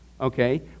okay